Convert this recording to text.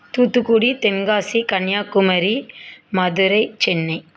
Thoothukudi Tenkasi Kanyakumari Madurai Chennai